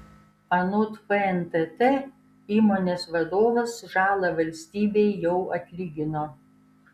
anot fntt įmonės vadovas žalą valstybei jau atlygino